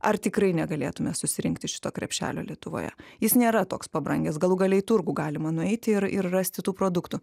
ar tikrai negalėtume susirinkti šito krepšelio lietuvoje jis nėra toks pabrangęs galų gale į turgų galima nueiti ir ir rasti tų produktų